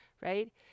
right